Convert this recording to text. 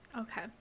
Okay